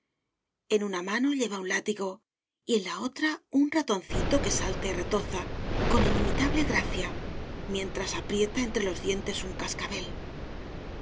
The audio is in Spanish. a n o lleva un látigo y en la otra un ratoncito q u e salta y retoza con inimitable gracia mientras aprieta entre los dientes u n cascabel